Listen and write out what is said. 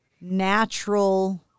natural